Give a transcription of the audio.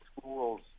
schools